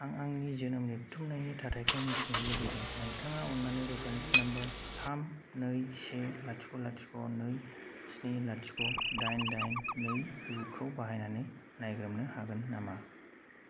आं आंनि जोनोम रेबथुमनायनि थाथायखौ मिथिनो लुगैदों नोंथाङा अन्नानै रेफारेन्स नाम्बार थाम नै से लाथिख' लाथिख' नै स्नि लाथिख' दाइन दाइन नै गुखौ बाहायनानै नायग्रोमनो हागोन नामा